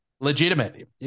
legitimate